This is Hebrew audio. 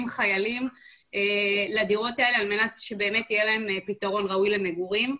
חיילים לדירות על מנת שבאמת יהיה להם פתרון ראוי למגורים.